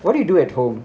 how do you do at home